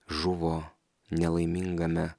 žuvo nelaimingame